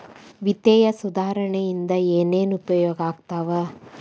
ವಿತ್ತೇಯ ಸುಧಾರಣೆ ಇಂದ ಏನೇನ್ ಉಪಯೋಗ ಆಗ್ತಾವ